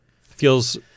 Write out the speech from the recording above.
Feels